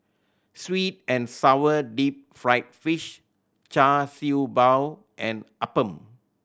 sweet and sour deep fried fish Char Siew Bao and appam